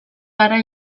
gara